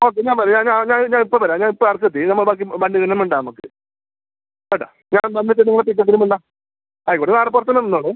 okay ഞാൻ പറയാം ഞാൻ ഞാൻ ഞാൻ ഇപ്പോൾ വരാം ഞാൻ ഇപ്പോൾ അടുത്ത് എത്തി നമ്മൾ ബാക്കി വണ്ടിയിൽ നിന്ന് മിണ്ടാം നമ്മൾക്ക് കേട്ടോ ഞാൻ വന്നിട്ട് നോക്കിയിട്ട് എന്തെങ്കിലും മിണ്ടാം ആയിക്കോട്ടെ നിങ്ങൾ അവിടെ പുറത്ത് തന്നെ നിന്നോളൂ